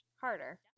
harder